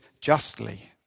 justly